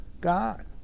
God